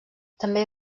també